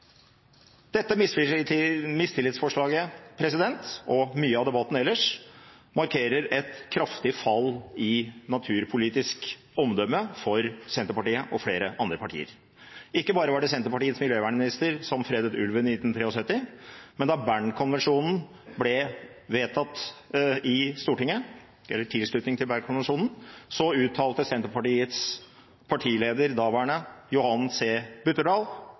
Dette mistillitsforslaget og mye av debatten ellers markerer et kraftig fall i naturpolitisk omdømme for Senterpartiet og flere andre partier. Ikke bare var det Senterpartiets miljøvernminister som fredet ulven i 1973, men da tilslutning til Bern-konvensjonen ble vedtatt i Stortinget, uttalte Senterpartiets daværende partileder, Johan